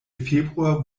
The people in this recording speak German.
februar